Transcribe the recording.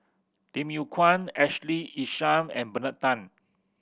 Lim Yew Kuan Ashley Isham and Bernard Tan